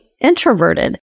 introverted